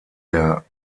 der